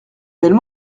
belle